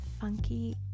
funky